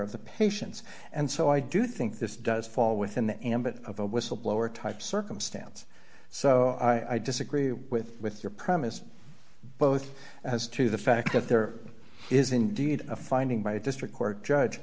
of the patients and so i do think this does fall within the ambit of a whistleblower type circumstance so i disagree with with your premise both as to the fact that there is indeed a finding by a district court judge